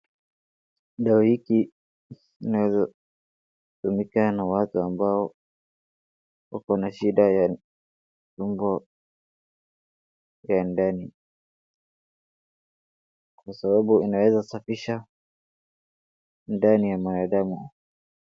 Dawa hiki inaweza tumika na watu ambao wako na shida ya tumbo ya ndani, kwa sababu inaweza safisha ndani ya mwanadamu.